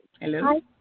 Hello